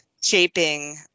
shaping